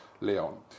Leon